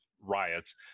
riots